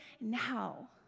now